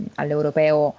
all'europeo